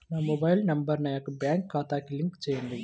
నా mobile number నా యొక్క బ్యాంక్ ఖాతాకి లింక్ చేయండీ?